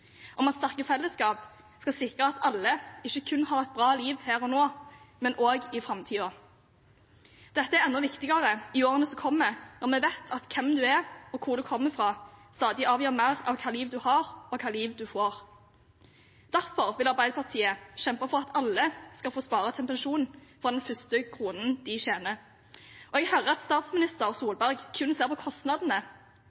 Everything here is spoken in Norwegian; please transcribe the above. om at sterke fellesskap skal sikre at alle ikke kun har et bra liv her og nå, men òg i framtiden. Dette er enda viktigere i årene som kommer, når vi vet at hvem du er, og hvor du kommer fra, stadig avgjør mer av hva slags liv du har, og hva slags liv du får. Derfor vil Arbeiderpartiet kjempe for at alle skal få spare til pensjon fra den første kronen de tjener. Jeg hører at statsminister